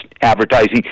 advertising